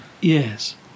Yes